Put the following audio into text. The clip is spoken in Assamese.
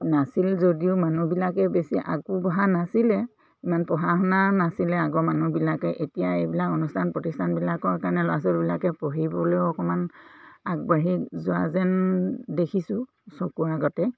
নাছিল যদিও মানুহবিলাকে বেছি আগবঢ়া নাছিলে ইমান পঢ়া শুনা নাছিলে আগৰ মানুহবিলাকে এতিয়া এইবিলাক অনুষ্ঠান প্ৰতিষ্ঠানবিলাকৰ কাৰণে ল'ৰা ছোৱালীবিলাকে পঢ়িবলৈও অকণমান আগবাঢ়ি যোৱা যেন দেখিছোঁ চকুৰ আগতে